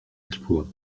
exploits